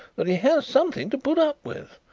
that he has something to put up with.